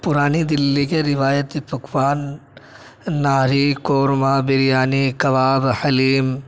پرانی دلی کے روایتی پکوان نہاری قورمہ بریانی کباب حلیم